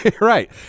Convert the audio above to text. Right